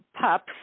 pups